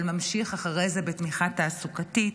אבל ממשיך אחרי זה בתמיכה תעסוקתית,